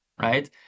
right